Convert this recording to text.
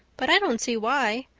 but i don't see why.